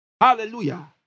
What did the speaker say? Hallelujah